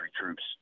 troops